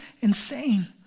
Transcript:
insane